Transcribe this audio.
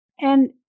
And-